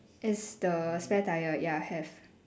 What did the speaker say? is the spare tyre ya have